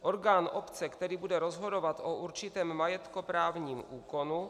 Orgán obce, který bude rozhodovat o určitém majetkoprávním úkonu?